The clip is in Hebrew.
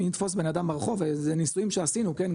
אם נתפוס אדם ברחוב וזה ניסויים שעשינו כן,